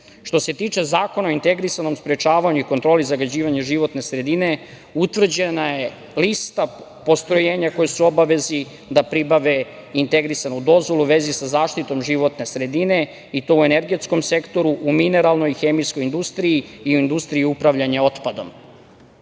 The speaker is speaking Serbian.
se tiče Zakona o integrisanom sprečavanju i kontroli zagađivanja životne sredine, utvrđena je lista postrojenja koja su obavezi da pribave integrisanu dozvolu u vezi sa zaštitom životne sredine i to u energetskom sektoru, u mineralnoj i hemijskoj industriji i u industriji upravljanja otpadom. Od